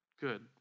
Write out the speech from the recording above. good